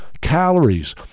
calories